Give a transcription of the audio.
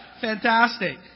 Fantastic